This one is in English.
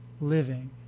living